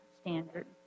standard